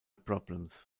problems